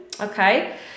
Okay